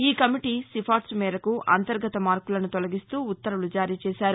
ఈ కమిటీ సిఫార్సు మేరకు అంతర్గత మార్కులను తొలగిస్తూ ఉత్తర్వులు జారీ చేశారు